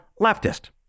leftist